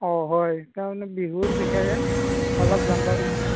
অঁ হয় সেইকাৰণে বিহুৰ বিষয়ে অলপ জানিব বিচাৰিছোঁ